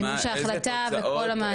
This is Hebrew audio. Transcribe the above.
למימוש ההחלטה בכל היעדים?